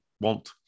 want